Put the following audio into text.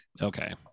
Okay